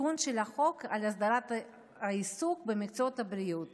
לתיקון של החוק להסדרת העיסוק במקצועות הבריאות